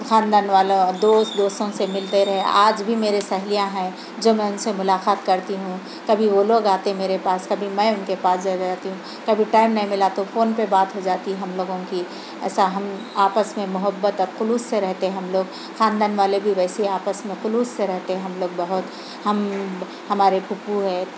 خاندان والو دوست دوستوں سے مِلتے رہے آج بھی میرے سہیلیاں ہیں جب میں اُن سے ملاقات کرتی ہوں کبھی وہ لوگ آتے میرے پاس کبھی میں اُن کے پاس جا جا جاتی ہوں کبھی ٹائم نہیں مِلا تو فون پہ بات ہو جاتی ہم لوگوں کی ایسا ہم آپس میں محبت اور خلوص سے رہتے ہم لوگ خاندان والے بھی ویسے آپس میں خلوص سے رہتے ہم لوگ بہت ہم ہمارے پھپھو ہے